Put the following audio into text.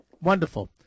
Wonderful